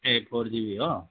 ए four GB हो